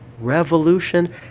revolution